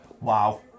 Wow